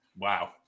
Wow